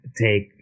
take